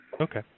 Okay